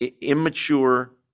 immature